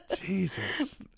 Jesus